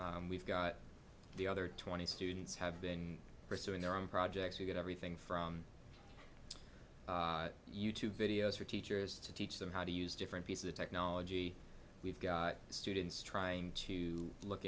we've got the other twenty students have been pursuing their own projects to get everything from you tube videos for teachers to teach them how to use different pieces of technology we've got students trying to look